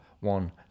One